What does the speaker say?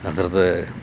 ಅದ್ರದು